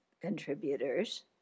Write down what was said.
contributors